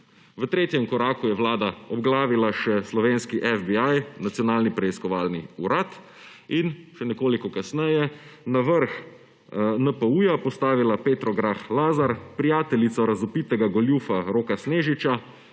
V tretjem koraku je vlada obglavila še slovenski FBI, Nacionalni preiskovalni urad, in še nekoliko kasneje na vrh NPU postavila Petro Grah Lazar, prijateljico razvpitega goljufa Roka Snežiča,